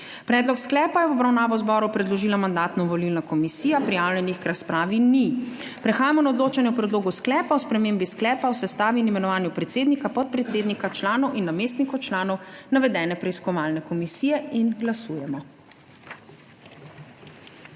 Predlog sklepa je v obravnavo zboru predložila Mandatno-volilna komisija. Prijavljenih k razpravi ni. Prehajamo na odločanje o predlogu sklepa o spremembi sklepa o sestavi in imenovanju predsednika, podpredsednika, članov in namestnikov članov navedene preiskovalne komisije. Glasujemo.